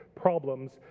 problems